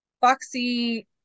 Foxy